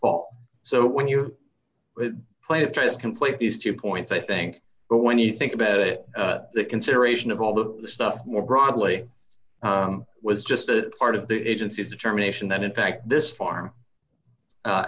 fall so when you play if there is complete these two points i think but when you think about it the consideration of all the stuff more probably was just a part of the agency's determination that in fact this farm